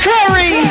Curry